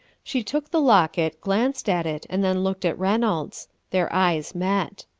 she took the locket, glanced at it, and then looked at reynolds. their eyes met.